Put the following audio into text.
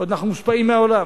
אנחנו עוד מושפעים מהעולם.